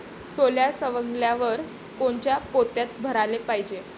सोला सवंगल्यावर कोनच्या पोत्यात भराले पायजे?